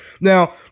Now